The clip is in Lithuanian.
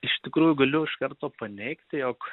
iš tikrųjų galiu iš karto paneigti jog